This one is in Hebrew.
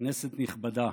כנסת נכבדה,